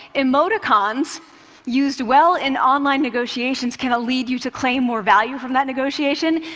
emoticons used well in online negotiations can lead you to claim more value from that negotiation.